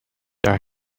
are